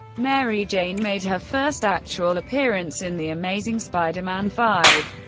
mary jane made her first actual appearance in the amazing spider-man five,